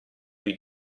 più